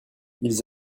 ils